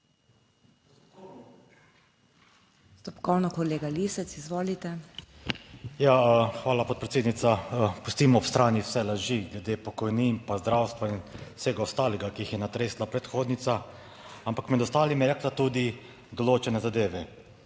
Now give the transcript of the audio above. **TOMAŽ LISEC (PS SDS):** Ja, hvala podpredsednica. Pustimo ob strani vse laži glede pokojnin pa zdravstva in vsega ostalega, ki jih je natresla predhodnica, ampak med ostalimi je rekla, tudi določene zadeve,